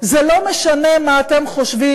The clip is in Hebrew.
זה לא משנה מה אתם חושבים,